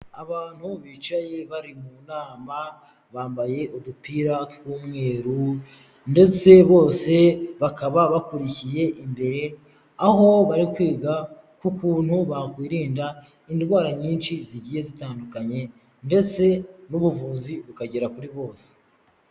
Abantu bicaye bari mu nama bambaye udupira tw'umweru ndetse bose bakaba bakurikiye imbere, aho bari kwiga k'ukuntu bakwirinda indwara nyinshi zigiye zitandukanye ndetse n'ubuvuzi bukagera kuri bose.